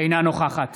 אינה נוכחת